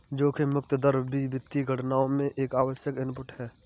जोखिम मुक्त दर भी वित्तीय गणनाओं में एक आवश्यक इनपुट है